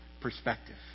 perspective